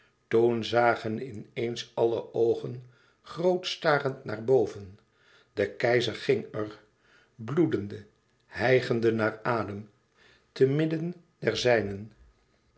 toen zagen in eens alle oogen groot starend naar boven de keizer ging er bloedende hijgende naar adem te midden der zijnen